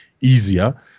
easier